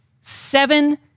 seven